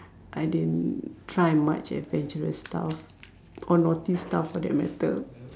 I didn't try much adventurous stuff or naughty stuff for that matter